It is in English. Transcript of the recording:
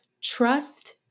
Trust